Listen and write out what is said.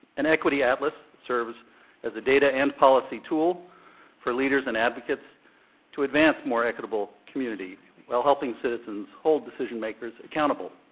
an equity atlas serves as the data and policy tool for leaders and advocates to advance more equitable community while helping citizens hold decision-makers accountable.